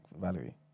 Valerie